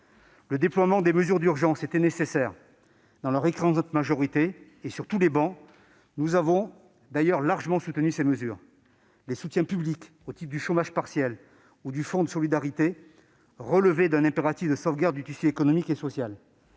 Le déploiement des mesures d'urgence était nécessaire ; à une écrasante majorité, et sur toutes les travées, nous les avons largement soutenues. Les soutiens publics au titre du chômage partiel ou du fonds de solidarité relevaient d'un impératif de sauvegarde du tissu économique et social.